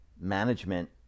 management